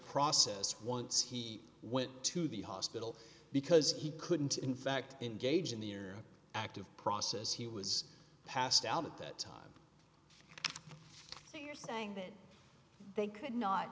process once he went to the hospital because he couldn't in fact engage in the year active process he was passed out at that time so you're saying that they could not